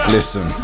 Listen